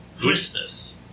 Christmas